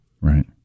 Right